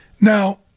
Now